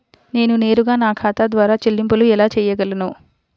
నేను నేరుగా నా ఖాతా ద్వారా చెల్లింపులు ఎలా చేయగలను?